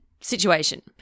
situation